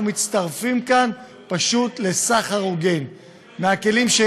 הצעת החוק הזאת מבקשת את הדבר הפשוט הבא: ברגע שיש